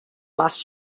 last